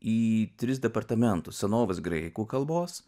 į tris departamentus senovės graikų kalbos